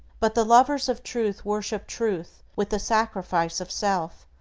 but the lovers of truth worship truth with the sacrifice of self,